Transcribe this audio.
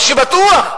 מה שבטוח,